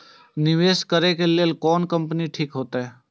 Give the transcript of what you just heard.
निवेश करे के लेल कोन कंपनी ठीक होते?